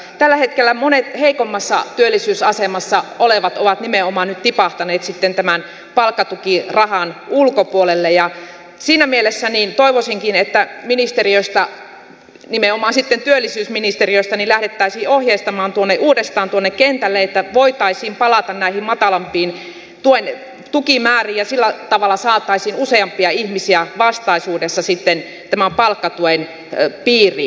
tällä hetkellä monet heikommassa työllisyysasemassa olevat ovat nimenomaan nyt tipahtaneet tämän palkkatukirahan ulkopuolelle ja siinä mielessä toivoisinkin että ministeriöstä nimenomaan sitten työllisyysministeriöstä lähdettäisiin ohjeistamaan uudestaan tuonne kentälle että voitaisiin palata näihin matalampiin tukimääriin ja sillä tavalla saataisiin useampia ihmisiä vastaisuudessa sitten tämän palkkatuen piiriin